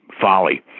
folly